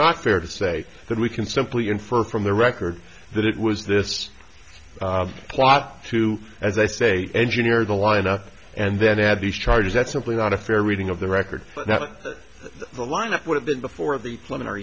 not fair to say that we can simply infer from the record that it was this plot to as i say engineer the lineup and then add these charges that's simply not a fair reading of the record that the lineup would have been before the women are